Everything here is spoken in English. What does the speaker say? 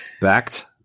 Backed